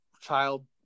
child